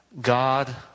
God